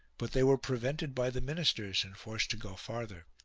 but they were prevented by the ministers and forced to go farther.